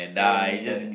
you never get it